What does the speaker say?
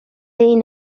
این